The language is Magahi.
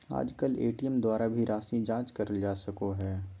आजकल ए.टी.एम द्वारा भी राशी जाँच करल जा सको हय